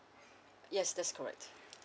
yes that's correct